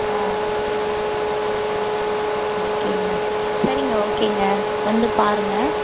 ஆ ஓகேங்க சரிங்க ஓகேங்க வந்து பாருங்க